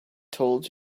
told